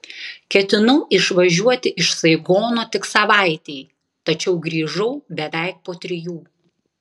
ketinau išvažiuoti iš saigono tik savaitei tačiau grįžau beveik po trijų